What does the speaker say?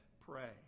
pray